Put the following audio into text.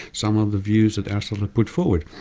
some of the views that aristotle put forward.